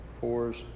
fours